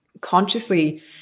consciously